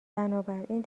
بنابراین